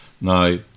Now